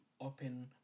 open